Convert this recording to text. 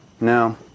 no